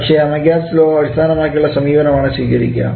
പക്ഷേ അമഗ്യാസ്റ്റ് ലോ അടിസ്ഥാനമാക്കിയുള്ള സമീപനമാണു സ്വീകരിക്കുക